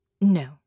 No